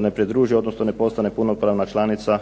ne pridruži odnosno ne postane punopravna članica